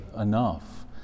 enough